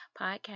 podcast